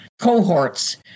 cohorts